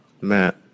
Matt